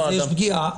אז זה עד,